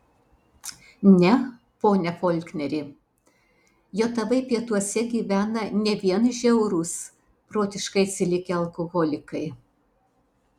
ne pone folkneri jav pietuose gyvena ne vien žiaurūs protiškai atsilikę alkoholikai